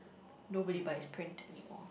nobody buys print anymore